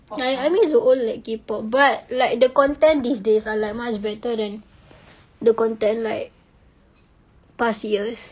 ya I miss the old like K pop but like the content these days are like much better than the content like past years